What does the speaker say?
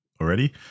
already